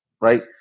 right